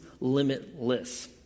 limitless